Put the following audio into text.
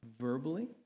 verbally